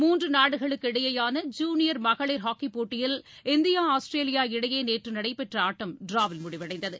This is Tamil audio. மூன்று நாடுகளுக்கு இடையேயான ஜுனியர் மகளிர் ஹாக்கி போட்டியில் இந்தியா ஆஸ்திரேலியா இடையே நேற்று நடைபெற்ற ஆட்டம் ட்ராவில் முடிவடைந்தது